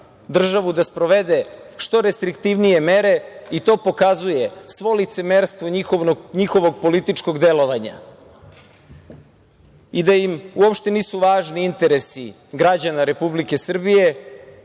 državu da sprovede što restriktivnije mere i to pokazuje svo licemerstvo njihovog političkog delovanja i da im uopšte nisu važni interesi građana Republike Srbije